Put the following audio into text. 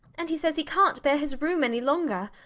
and he says he cant bear his room any longer.